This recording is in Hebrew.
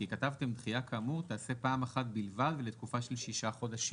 כי כתבתם: דחייה כאמור תיעשה פעם אחת בלבד ולתקופה של שישה חודשים".